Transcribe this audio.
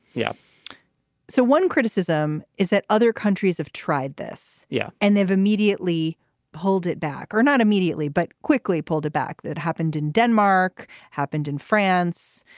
yeah so one criticism is that other countries have tried this yeah and they've immediately pulled it back or not immediately but quickly pulled it back. it happened in denmark happened in france.